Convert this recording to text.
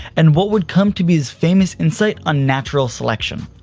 and what would come to be his famous insight on natural selection.